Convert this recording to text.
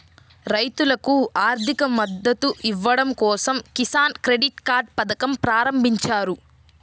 రైతులకు ఆర్థిక మద్దతు ఇవ్వడం కోసం కిసాన్ క్రెడిట్ కార్డ్ పథకం ప్రారంభించారు